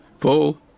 full